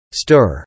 stir